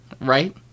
Right